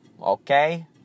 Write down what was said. okay